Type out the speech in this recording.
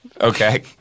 Okay